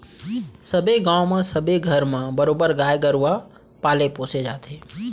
सबे गाँव म सबे घर म बरोबर गाय गरुवा पाले पोसे जाथे